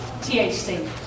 THC